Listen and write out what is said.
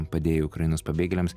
padėjai ukrainos pabėgėliams